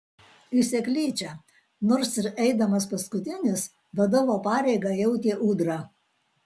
į seklyčią nors ir eidamas paskutinis vadovo pareigą jautė ūdra